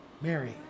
Mary